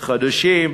חדשים,